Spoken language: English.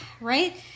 right